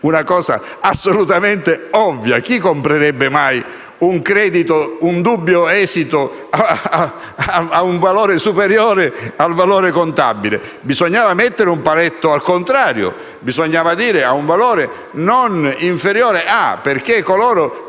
una cosa assolutamente ovvia! Chi comprerebbe mai un dubbio esito a un valore superiore al valore contabile? Bisognava mettere un paletto al contrario: bisognava dire "che ha un valore non inferiore a una